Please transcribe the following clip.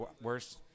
worse